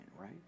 right